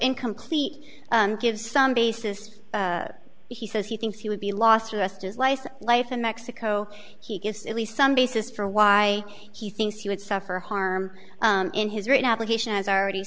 incomplete gives some basis he says he thinks he would be lost the rest is life life in mexico he gives at least some basis for why he thinks he would suffer harm in his written application as already